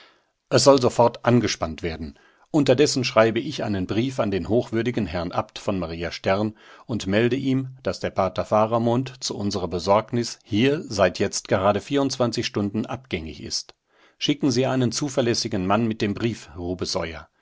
es soll sofort angespannt werden unterdessen schreibe ich einen brief an den hochwürdigen herrn abt von maria stern und melde ihm daß der pater faramund zu unserer besorgnis hier seit jetzt gerade vierundzwanzig stunden abgängig ist schicken sie einen zuverlässigen mann mit dem brief